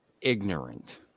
ignorant